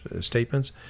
statements